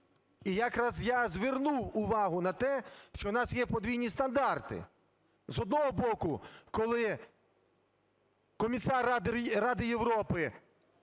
І якраз я звернув увагу на те, що в нас є подвійні стандарти. З одного боку, коли Комісар Ради Європи